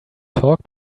talk